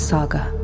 Saga